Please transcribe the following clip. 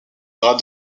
drap